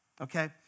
Okay